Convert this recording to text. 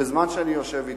בזמן שאני יושב אתו,